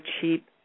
cheap